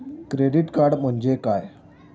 Credit card म्हणजे काय?